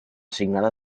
signada